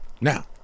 now